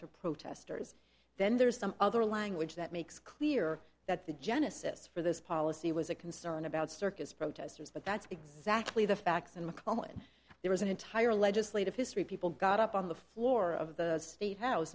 to protesters then there's some other language that makes clear that the genesis for this policy was a concern about circus protesters but that's exactly the facts and the common there was an entire legislative history people got up on the floor of the state house